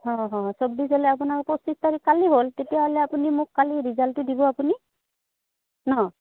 অঁ অঁ চৌব্বিছ হ'লে আপোনাৰ পঁচিছ তাৰিখ কালি হ'ল তেতিয়াহ'লে আপুনি মোক কালি ৰিজাল্টটো দিব আপুনি ন